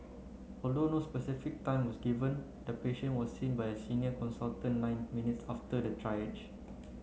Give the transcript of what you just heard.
no specific time was given the patient was seen by a senior consultant nine minutes after the triage